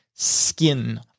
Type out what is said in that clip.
Skin